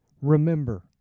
Remember